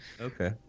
Okay